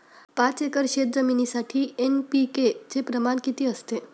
पाच एकर शेतजमिनीसाठी एन.पी.के चे प्रमाण किती असते?